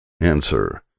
Answer